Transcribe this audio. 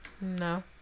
No